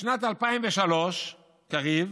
"בשנת 2003" קריב,